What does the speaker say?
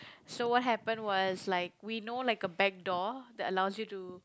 so what happened was like we know like a back door that allows you to